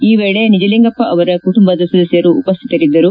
ಈ ವೇಳೆ ನಿಜಲಿಂಗಪ್ಪ ಅವರ ಕುಟುಂಬದ ಸದಸ್ನರು ಉಪ್ಲಿತರಿದ್ದರು